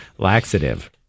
Laxative